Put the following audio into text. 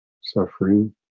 suffering